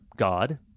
God